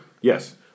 Yes